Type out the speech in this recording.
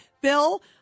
Bill